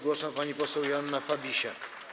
Głos ma pani poseł Joanna Fabisiak.